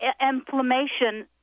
inflammation